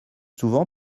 souvent